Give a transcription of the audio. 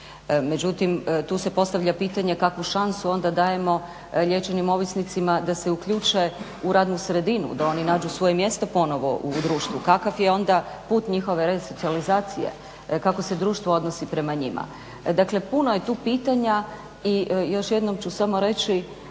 Međutim, tu se postavlja pitanje kakvu šansu onda dajemo liječenim ovisnicima da se uključe u radnu sredinu, da oni nađu svoje mjesto ponovno u društvu, kakav je onda put njihove resocijalizacije? Kako se društvo odnosi prema njima? Dakle, puno je tu pitanja i još jednom ću samo reći